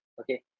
okay